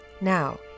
Now